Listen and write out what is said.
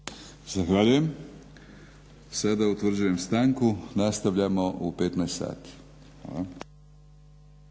Zahvaljujem. Sada utvrđujem stanku. Nastavljamo u 15 sati.